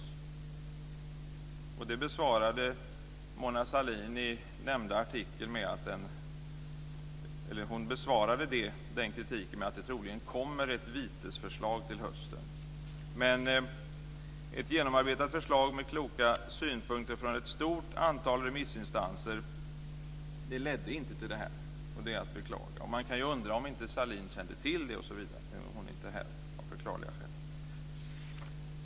Den kritiken besvarade Mona Sahlin i nämnda artikel med att det troligen kommer ett vitesförslag till hösten. Ett genomarbetat förslag med kloka synpunkter från ett stort antal remissinstanser ledde inte till detta. Det är att beklaga. Man kan ju undra om inte Sahlin kände till det osv. Nu är hon inte här av förklarliga skäl.